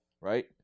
right